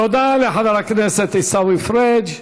תודה לחבר הכנסת עיסאווי פריג'.